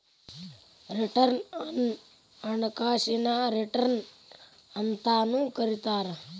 return ಅನ್ನ ಹಣಕಾಸಿನ return ಅಂತಾನೂ ಕರಿತಾರ